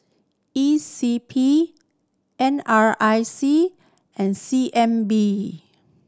E C P N R I C and C N B